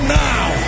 now